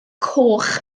coch